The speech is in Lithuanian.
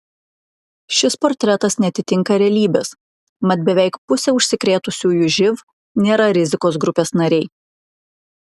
šis portretas neatitinka realybės mat beveik pusė užsikrėtusiųjų živ nėra rizikos grupės nariai